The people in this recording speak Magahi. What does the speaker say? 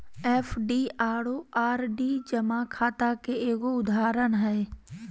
एफ.डी आरो आर.डी जमा खाता के एगो उदाहरण हय